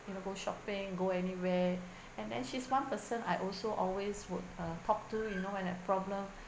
you know go shopping go anywhere and then she's one person I also always would uh talk to you know when have problem